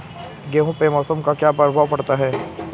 गेहूँ पे मौसम का क्या प्रभाव पड़ता है?